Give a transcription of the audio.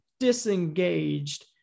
Disengaged